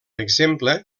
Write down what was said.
exemple